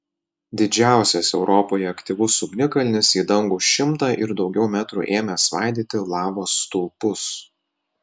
didžiausias europoje aktyvus ugnikalnis į dangų šimtą ir daugiau metrų ėmė svaidyti lavos stulpus